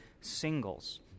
singles